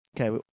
Okay